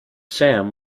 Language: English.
sam